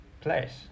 place